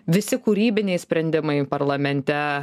visi kūrybiniai sprendimai parlamente